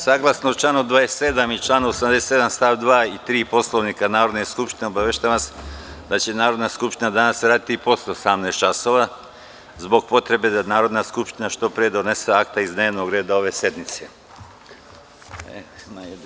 Saglasno članu 27. i članu 87. st. 2. i 3. Poslovnika Narodne skupštine, obaveštavam vas da će Narodna skupština danas raditi posle 18,00 časova, zbog potrebe da Narodna skupština što pre donese akta iz dnevnog reda ove sednice.